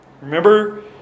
Remember